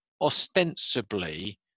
ostensibly